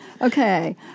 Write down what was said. Okay